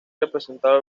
representado